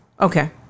Okay